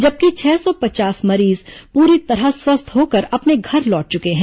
जबकि छह सौ पचास मरीज पूरी तरह स्वस्थ होकर अपने घर लौट चुके हैं